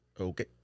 okay